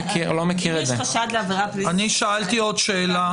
אם יש חשד לעבירה פלילית --- אני שאלתי עוד שאלה.